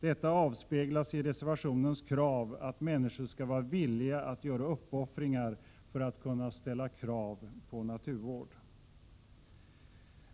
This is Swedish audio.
Detta avspeglas i reservationens krav att människor skall vara villiga att göra uppoffringar för att kunna ställa krav på naturvård.